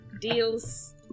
deals